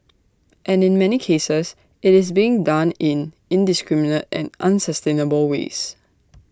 and in many cases IT is being done in indiscriminate and unsustainable ways